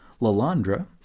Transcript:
Lalandra